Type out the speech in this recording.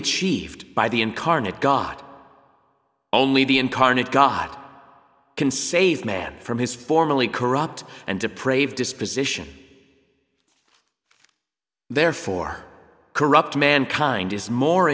achieved by the incarnate got only the incarnate got can save man from his formally corrupt and to pray disposition therefore corrupt mankind is more